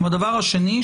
והדבר השני,